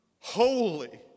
Holy